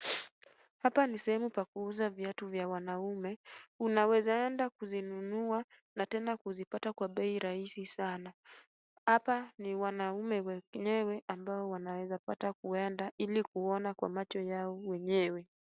Hapana ni sehemu ya kuuza viatu vya wanaume. Unaeza enda kuzinunua na tena kuzipata kwa bei rahisi sana. Hapa ni wanaume wenyewe ambao wanaeza pata kuenda ili kuona kwa macho yao wenyewe.